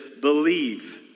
believe